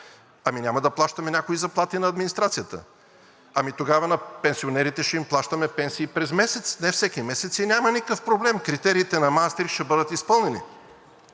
Ами, няма да плащаме някои заплати на администрацията. Ами, тогава на пенсионерите ще им плащаме пенсии през месец, не всеки месец. И няма никакъв проблем – критериите на Маастрихт ще бъдат изпълнени.